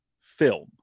film